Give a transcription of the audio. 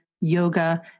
Yoga